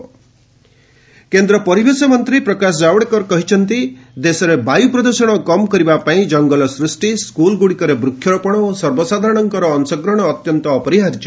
RS air pollution କେନ୍ଦ୍ର ପରିବେଶ ମନ୍ତ୍ରୀ ପ୍ରକାଶ ଜାଭଡେକର କହିଛନ୍ତି ଦେଶରେ ବାୟୁ ପ୍ରଦ୍ଷଣ କମ୍ କରିବା ପାଇଁ ଜଙ୍ଗଲ ସୃଷ୍ଟି ସ୍କୁଲ୍ଗୁଡ଼ିକରେ ବୃକ୍ଷ ରୋପଣ ଓ ସର୍ବସାଧାରଣଙ୍କ ଅଂଶଗ୍ରହଣ ଅତ୍ୟନ୍ତ ଅପରିହାର୍ଯ୍ୟ